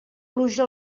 pluja